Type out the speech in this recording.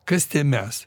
kas tie mes